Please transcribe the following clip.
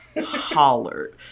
hollered